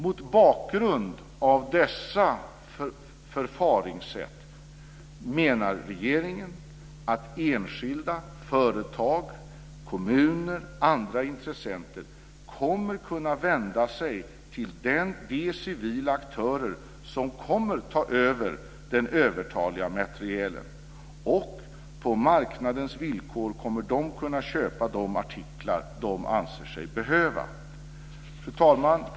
Mot bakgrund av dessa förfaringssätt menar regeringen att enskilda företag, kommuner och andra intressenter kommer att kunna vända sig till de civila aktörer som kommer att ta över den övertaliga materielen och på marknadens villkor kommer de att kunna köpa de artiklar de anser sig behöva. Fru talman!